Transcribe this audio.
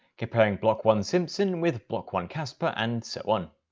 comparing block one scintsim with block one cassper and so on,